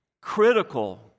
Critical